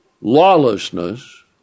lawlessness